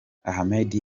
ahmed